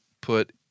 put